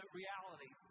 reality